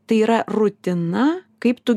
tai yra rutina kaip tu